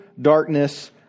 darkness